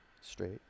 Straight